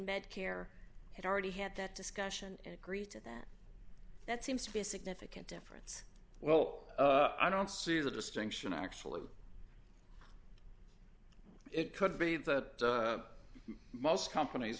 medicare had already had that discussion and greta that that seems to be a significant difference well i don't see the distinction actually it could be that most companies